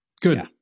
Good